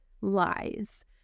lies